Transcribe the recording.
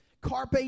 Carpe